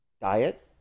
diet